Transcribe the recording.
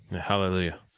Hallelujah